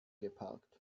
geparkt